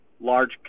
large